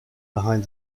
behind